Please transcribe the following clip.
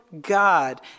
God